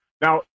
Now